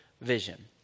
vision